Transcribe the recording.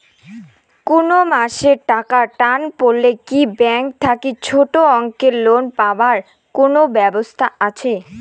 কুনো মাসে টাকার টান পড়লে কি ব্যাংক থাকি ছোটো অঙ্কের লোন পাবার কুনো ব্যাবস্থা আছে?